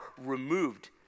removed